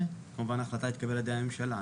כמובן, ההחלטה תתקבל על-ידי הממשלה.